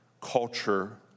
culture